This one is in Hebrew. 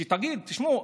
שתגיד: תשמעו,